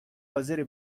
حاضری